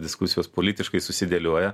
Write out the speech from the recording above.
diskusijos politiškai susidėlioja